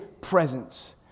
presence